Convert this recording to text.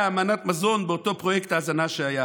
מנת מזון באותו פרויקט הזנה שהיה.